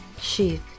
sheath